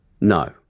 No